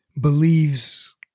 believes